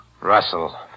Russell